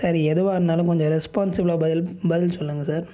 sir எதுவாக இருந்தாலும் கொஞ்சம் ரெஸ்பான்ஸிபிளாக பதில் பதில் சொல்லுங்கள் சார்